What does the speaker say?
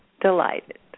delighted